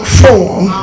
form